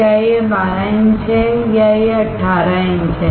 क्या यह 12 इंच है या यह 18 इंच है